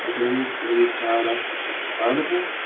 and there is there is data that's available.